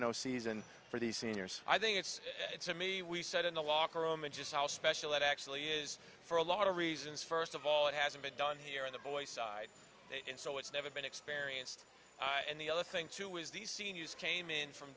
a season for the seniors i think it's it's a me we said in the locker room and just how special it actually is for a lot of reasons first of all it hasn't been done here in the voice side and so it's never been experienced and the other thing too is these seniors came in from